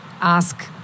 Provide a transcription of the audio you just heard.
ask